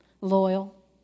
loyal